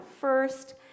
first